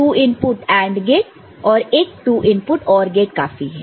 और अब एक 2 इनपुट AND गेट और एक 2 इनपुट OR गेट काफी है